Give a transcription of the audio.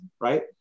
right